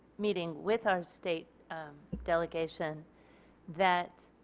meeting with our state delegation that